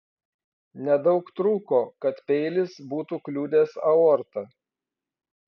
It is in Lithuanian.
nedaug trūko kad peilis būtų kliudęs aortą